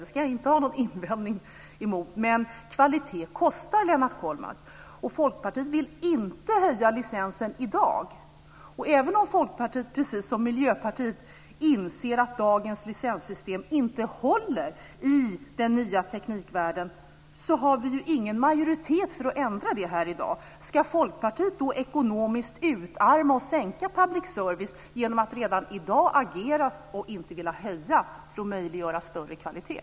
Det ska jag inte ha någon invändning mot, men kvalitet kostar, Lennart Kollmats, och Folkpartiet vill inte höja licensen i dag. Även om Folkpartiet precis som Miljöpartiet inser att dagens licenssystem inte håller i den nya teknikvärlden, har vi ingen majoritet för att ändra det i dag. Ska Folkpartiet då ekonomiskt utarma och sänka public service genom att i dag agera för att inte höja licensen för att möjliggöra högre kvalitet?